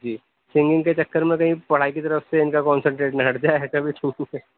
جی singing کے چکر میں کہیں پڑھائی کی طرف سے اِن کا کونسینٹریٹ نہ ہٹ جائے ایسا بھی